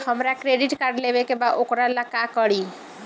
हमरा credit card लेवे के बा वोकरा ला का करी?